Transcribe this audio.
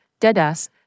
deadass